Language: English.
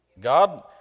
God